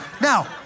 Now